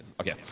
Okay